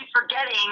forgetting